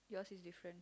yours is different